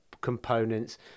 components